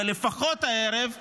ולפחות הערב --- תודה.